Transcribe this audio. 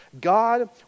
God